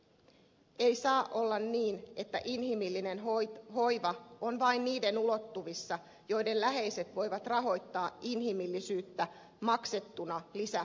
ei saa olla niin että inhimillinen hoiva on vain niiden ulottuvissa joiden läheiset voivat rahoittaa inhimillisyyttä maksettuna lisäpalveluna